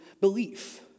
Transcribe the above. belief